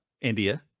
India